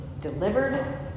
delivered